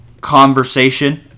conversation